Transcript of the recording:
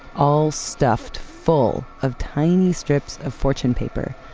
all stuffed full of tiny strips of fortune paper.